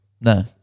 No